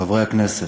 תודה לך, חברי הכנסת,